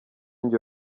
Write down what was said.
jye